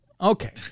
Okay